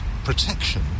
protection